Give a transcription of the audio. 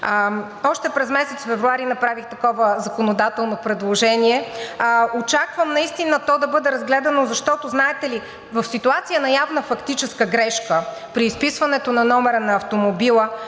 Още през месец февруари направих такова законодателно предложение, очаквам наистина то да бъде разгледано, защото, знаете ли, в ситуация на явна фактическа грешка при изписването на номера на автомобила,